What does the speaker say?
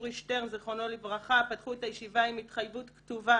יורי שטרן ז"ל פתחו את הישיבה עם התחייבות כתובה